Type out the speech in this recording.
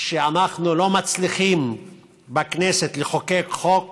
אנחנו לא מצליחים בכנסת לחוקק חוק